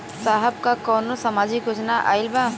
साहब का कौनो सामाजिक योजना आईल बा?